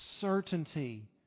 certainty